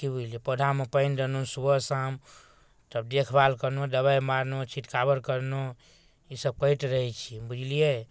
कि बुझलिए पौधामे पानि देलहुँ सुबह शाम तब देखभाल करलहुँ दवाइ मारलहुँ छिटकावर करलहुँ ईसब करैत रहै छिए बुझलिए